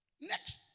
Next